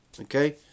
okay